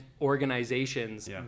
organizations